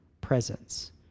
presence